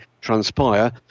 transpire